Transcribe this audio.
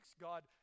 God